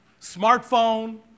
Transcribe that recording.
smartphone